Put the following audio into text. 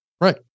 Right